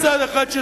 יש שני צדדים?